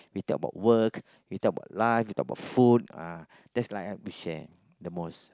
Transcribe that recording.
we talk about work we talk about life we talk about food uh that's like uh we share the most